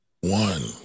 one